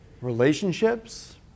relationships